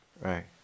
Right